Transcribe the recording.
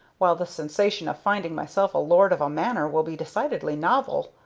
while the sensation of finding myself lord of a manor will be decidedly novel.